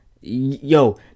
yo